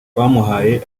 twamuhaye